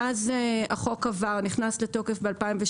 מאז החוק עבר, נכנס לתוקף ב-2017.